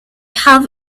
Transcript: have